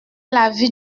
l’avis